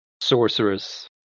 sorceress